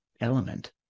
element